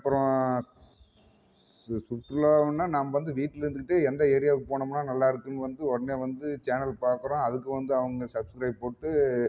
அப்றம் சு சுற்றுலான்னா நம்ம வந்து வீட்டில் இருந்துக்கிட்டே எந்த ஏரியாவுக்கு போனோமுனா நல்லா இருக்கும்ன்னு வந்து ஒடனே வந்து சேனல் பார்க்குறோம் அதுக்கு வந்து அவங்க சப்ஸ்க்ரைப் போட்டு